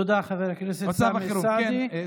תודה, חבר הכנסת אוסאמה סעדי.